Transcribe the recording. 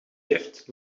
heeft